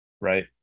right